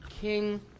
King